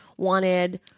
Wanted